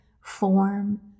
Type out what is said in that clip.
form